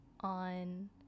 on